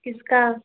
किसका